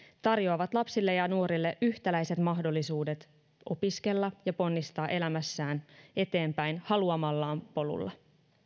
tarjoavat lapsille ja nuorille yhtäläiset mahdollisuudet opiskella ja ponnistaa elämässään eteenpäin haluamallaan polulla